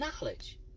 knowledge